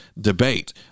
debate